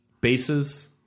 bases